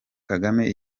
kagame